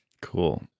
Cool